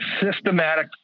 systematic